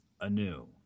Anew